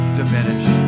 diminish